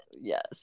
yes